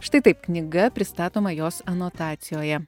štai taip knyga pristatoma jos anotacijoje